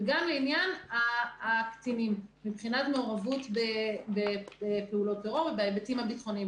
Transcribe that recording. וגם לעניין הקטינים מבחינת המעורבות בפעולות טרור ובהיבטים הביטחוניים.